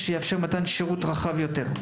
כדי לאפשר שירות רחב יותר.